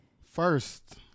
first